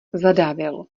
zadávil